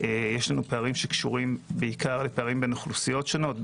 יש פערים שקשורים בעיקר לפערים בין אוכלוסיות שונות,